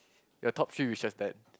your top few is just that